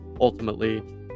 ultimately